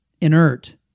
inert